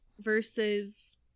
versus